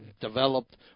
developed